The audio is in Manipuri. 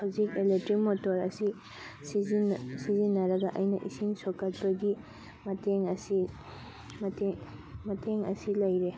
ꯍꯧꯖꯤꯛ ꯏꯂꯦꯛꯇ꯭ꯔꯤꯛ ꯃꯣꯇꯣꯔ ꯑꯁꯤ ꯁꯤꯖꯤꯟꯅꯔꯒ ꯑꯩꯅ ꯏꯁꯤꯡ ꯁꯣꯀꯠꯄꯒꯤ ꯃꯇꯦꯡ ꯑꯁꯤ ꯃꯇꯦꯡ ꯃꯇꯦꯡ ꯑꯁꯤ ꯂꯩꯔꯦ